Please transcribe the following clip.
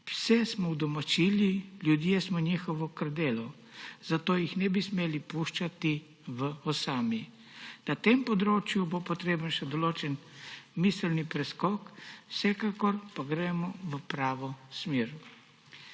Pse smo udomačili, ljudje smo njihovo krdelo, zato jih ne bi smeli puščati v osami. Na tem področju bo potreben še določen miselni preskok, vsekakor pa gremo v pravo smer.